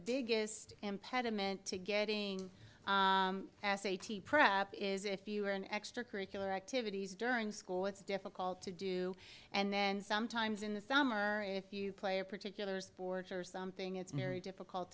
biggest impediment to getting s a t prep is if you are an extracurricular activities during school it's difficult to do and then sometimes in the summer if you play a particular sports or something it's very difficult